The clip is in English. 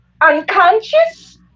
unconscious